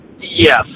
Yes